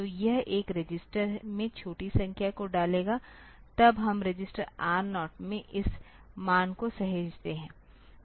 तो यह एक रजिस्टर में छोटी संख्या को डालेगा तब हम रजिस्टर R0 में इस मान को सहेजते हैं